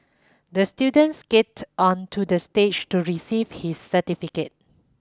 the student skated onto the stage to receive his certificate